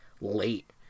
late